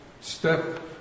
step